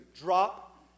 Drop